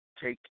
take